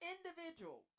Individual